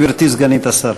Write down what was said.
גברתי סגנית השר.